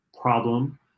problem